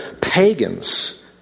pagans